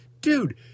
dude